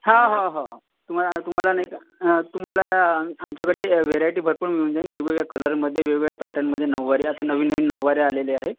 हा हा हो तुम्हाला तुम्हाला नाही का तुम्हाला आमच्याकडे व्हेरायटी भरपूर मिळून जाईल वेगवेगळ्या कलरमध्ये वेगवेगळ्या पॅटर्नमध्ये नववाऱ्या आता नवीन नवीन नववाऱ्या आलेल्या आहे